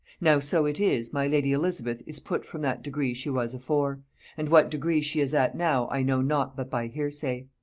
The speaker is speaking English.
now, so it is, my lady elizabeth is put from that degree she was afore and what degree she is at now, i know not but by hearsay.